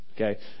Okay